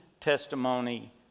Testimony